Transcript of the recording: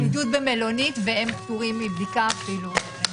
-- בבידוד במלונית והם פטורים מבדיקה אפילו.